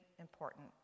important